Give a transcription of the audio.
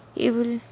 எவ்வளவு:evvalavu